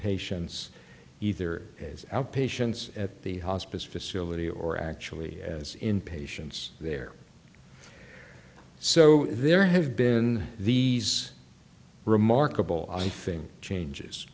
patients either as outpatients at the hospice facility or actually as in patients there so there have been these remarkable i think changes